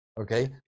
okay